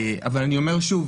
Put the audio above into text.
אבל אני אומר שוב